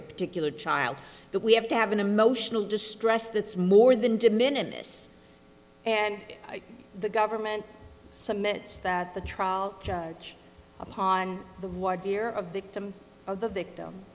the particular child that we have to have an emotional distress that's more than de minimus and the government submits that the trial judge upon the war dear a victim of the victim